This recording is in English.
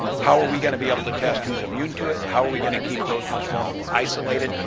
how are we going to be able to test who's immune to it, how are we going to keep those most vulnerable isolated,